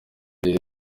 rero